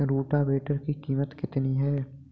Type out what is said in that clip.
Rotavator की कीमत कितनी है?